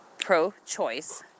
pro-choice